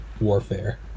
warfare